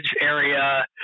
area